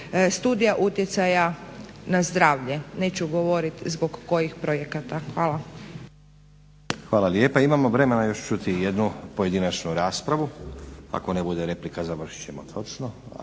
situacija utjecaja na zdravlje. Neću govoriti zbog kojih projekata. Hvala. **Stazić, Nenad (SDP)** Hvala lijepa. Imamo vremena čuti jednu pojedinačnu raspravu ako ne bude replika završit ćemo točno,